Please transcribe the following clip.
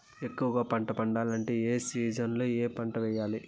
ఎక్కువగా పంట పండాలంటే ఏ సీజన్లలో ఏ పంట వేయాలి